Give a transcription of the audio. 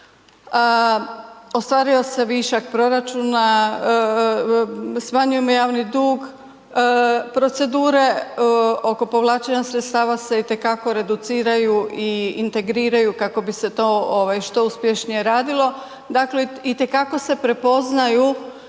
Ostvario se višak proračuna, smanjujemo javni dug, procedure oko povlačenja sredstava se itekako reduciraju i integriraju kako bi se to što uspješnije radilo, dakle itekako se prepoznaju